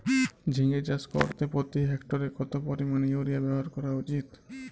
ঝিঙে চাষ করতে প্রতি হেক্টরে কত পরিমান ইউরিয়া ব্যবহার করা উচিৎ?